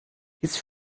his